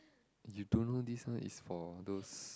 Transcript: you don't know this one is for those